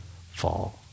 fall